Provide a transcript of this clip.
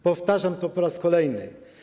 Powtarzam to po raz kolejny.